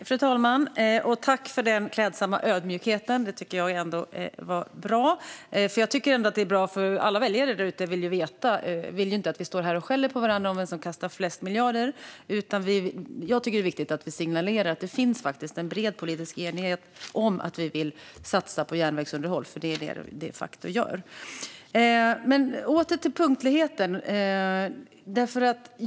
Fru talman! Jag vill tacka för den klädsamma ödmjukheten. Det tycker jag var bra. Väljarna vill ju inte att vi står här och skäller på varandra om vem som kastar flest miljarder. Det är viktigt att vi signalerar att det faktiskt finns en bred politisk enighet om att satsa på järnvägsunderhåll. Det gör det nämligen. Åter till punktligheten.